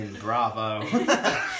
bravo